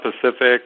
Pacific